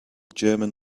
german